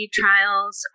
trials